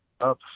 up